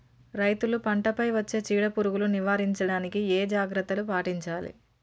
రైతులు పంట పై వచ్చే చీడ పురుగులు నివారించడానికి ఏ జాగ్రత్తలు పాటించాలి?